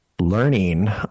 learning